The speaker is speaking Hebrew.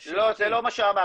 לא, זה לא מה שאמרתי.